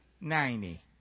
Ninety